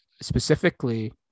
specifically